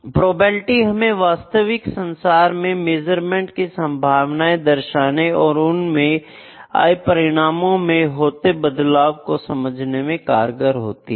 probability हमें वास्तविक संसार में मेजरमेंट की संभावनाएं दर्शाने और उनके आए परिणामों में होते बदलावों को समझने में कारगर होती हैं